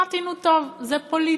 אמרתי: נו, טוב, זה פוליטי.